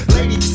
Lady